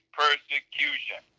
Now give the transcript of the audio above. persecution